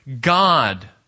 God